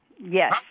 Yes